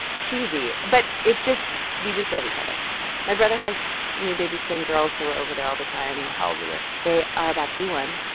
cheesy, but it just we just love each other aw my brother has new baby twin girls, so we're over there all the time oh. how old are they? they are about to be one